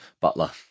Butler